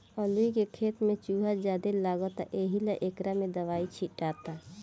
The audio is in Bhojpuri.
अलूइ के खेत में चूहा ज्यादे लगता एहिला एकरा में दवाई छीटाता